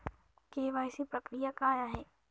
KYC प्रक्रिया काय आहे?